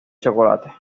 chocolate